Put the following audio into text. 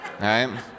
right